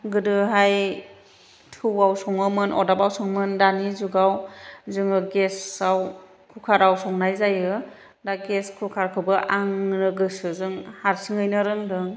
गोदोहाय थौआव सङोमोन अरदाबाव सङोमोन दानि जुगाव जोङो गेसआव कुकाराव संनाय जायो दा गेस कुकारखौबो आंनो गोसोजों हारसिङैनो रोंदों